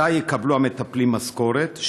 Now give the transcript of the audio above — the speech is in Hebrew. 1. מתי יקבלו המטפלים משכורת?